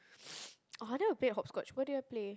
orh then I will play the hopscotch what do you want to play